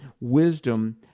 wisdom